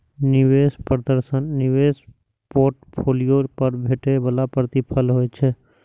निवेश प्रदर्शन निवेश पोर्टफोलियो पर भेटै बला प्रतिफल होइ छै